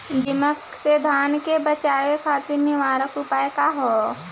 दिमक से धान के बचावे खातिर निवारक उपाय का ह?